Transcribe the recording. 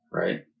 right